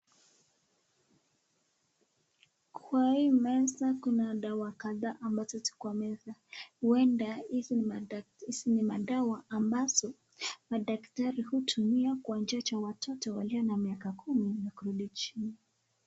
Kwa hii meza kuna dawa kadhaa ambazo ziko kwa meza huenda hizi ni madawa ambazo madaktari hutumia kuwachanja watoto walio na miaka kumi kurudi chini.